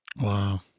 Wow